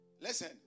Listen